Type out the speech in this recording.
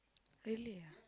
really ah